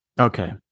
Okay